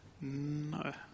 No